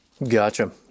Gotcha